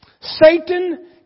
Satan